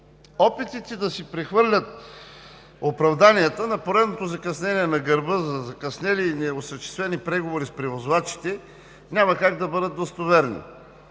Опитите да си прехвърлят оправданията за поредното закъснение на гърба за закъснели и неосъществени преговори с превозвачите, няма как да бъдат достоверни.